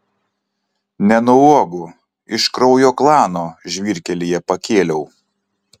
ne nuo uogų iš kraujo klano žvyrkelyje pakėliau